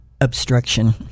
obstruction